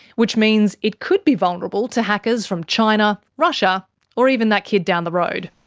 which means it could be vulnerable to hackers from china, russia or even that kid down the road.